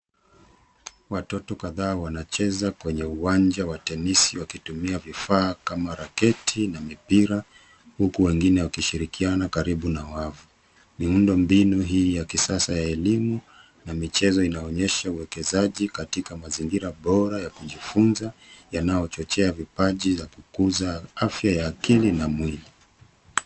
Watoto kadhaa wanacheza kwenye uwanja wa tenisi wakitumia vifaa kama raketi na mipira, huku wengine wakishirikiana karibu na wao. Miundombinu hii ya kisasa ya elimu na michezo inaonyesha uwekezaji katika mazingira bora ya kujifunza yanayochochea vipaji za kukuza afya ya akili na mwili.